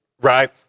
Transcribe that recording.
Right